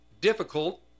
difficult